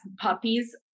puppies